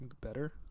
better